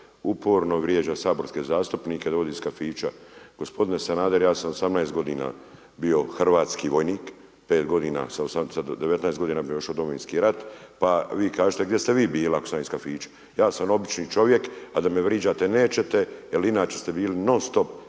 uporno vrijeđa saborske zastupnike da … iz kafića. Gospodine Sanader ja sam 18 godina bio hrvatski vojnik, sa 19 godina otišao u Domovinski rat pa vi kažite gdje ste vi bili ako sam iz kafića. Ja sam obični čovjek, a da me vriđate nećete jel inače ste bili non stop